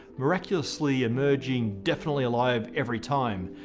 miraculously emerging definitely alive every time.